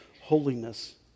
holiness